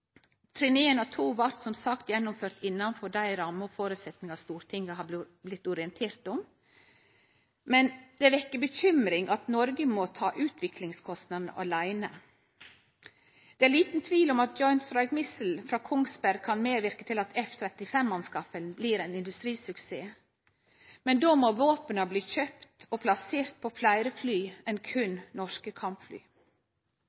Trinn 1 og 2 blei som sagt gjennomførte innanfor dei rammene og føresetnadene Stortinget har blitt orientert om. Det vekkjer uro at Noreg må ta utviklingskostnadene åleine. Det er liten tvil om at Joint Strike Missile frå Kongsberg kan medverke til at F- 35-anskaffinga blir ein industrisuksess, men då må våpna bli kjøpte og plasserte på fleire fly enn